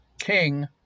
king